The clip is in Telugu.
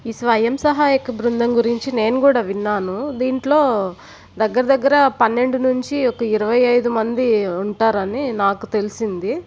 ఈ స్వయం సహాయక బృందం గురించి నేను కూడా విన్నాను దీంట్లో దగ్గర దగ్గర పన్నెండు నుంచి ఒక ఇరవై ఐదు మంది ఉంటారని నాకు తెలిసింది